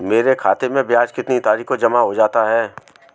मेरे खाते में ब्याज कितनी तारीख को जमा हो जाता है?